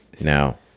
Now